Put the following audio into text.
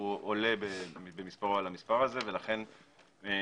מספר שעולה במספרו על המספר הזה ולכן מתקשות